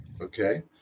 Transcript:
Okay